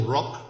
Rock